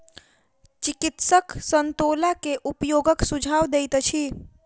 चिकित्सक संतोला के उपयोगक सुझाव दैत अछि